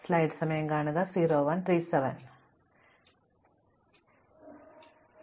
പക്ഷേ പല സാഹചര്യങ്ങളിലും പല നിറങ്ങളേക്കാൾ വളരെ കുറച്ച് മാത്രമേ ചെയ്യാനാകൂ എന്ന് ഞങ്ങൾ പ്രതീക്ഷിച്ചേക്കാം